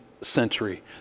century